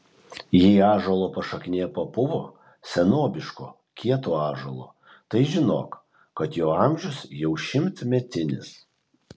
jei ąžuolo pašaknė papuvo senobiško kieto ąžuolo tai žinok kad jo amžius jau šimtmetinis